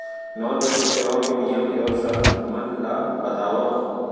non banking सेवाओं के नियम एवं शर्त मन ला बतावव